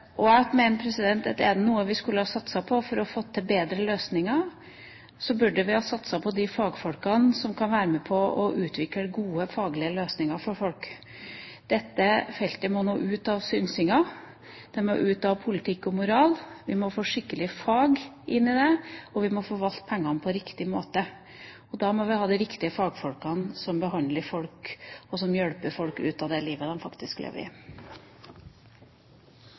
rus. Jeg mener at er det noe vi burde satset på for å få til bedre løsninger, er det å satse på de fagfolkene som kan være med på å utvikle gode faglige løsninger for folk. Dette feltet må nå ut av synsingen, det må ut av politikk og moral, vi må få skikkelige fag inn i dette, og vi må forvalte pengene på riktig måte. Da må vi ha de riktige fagfolkene til å behandle folk, og som hjelper folk ut av det livet de faktisk lever i.